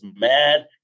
mad